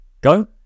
go